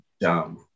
dumb